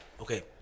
okay